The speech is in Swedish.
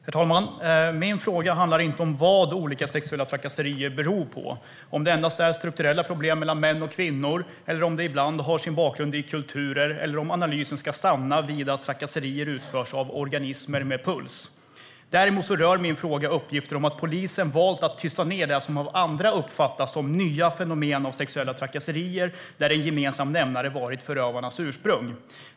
Herr talman! Min fråga handlar inte om vad olika sexuella trakasserier beror på, om det endast är strukturella problem mellan män och kvinnor eller om det ibland har sin bakgrund i kulturer, eller om analysen ska stanna vid att trakasserier utförs av organismer med puls. Däremot rör min fråga uppgifter om att polisen valt att tysta ned det som av andra uppfattas som nya fenomen vid sexuella trakasserier, där en gemensam nämnare varit förövarnas ursprung.